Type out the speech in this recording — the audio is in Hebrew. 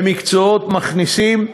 במקצועות מכניסים.